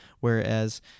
Whereas